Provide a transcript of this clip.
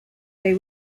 they